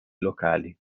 locali